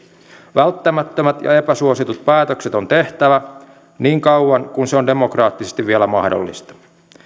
välttämättömät ja epäsuositut päätökset on tehtävä niin kauan kuin se on demokraattisesti vielä mahdollista